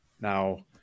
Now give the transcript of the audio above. Now